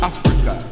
Africa